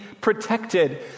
protected